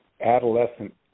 adolescent